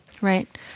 right